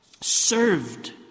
Served